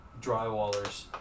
drywallers